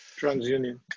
TransUnion